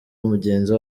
mugenzi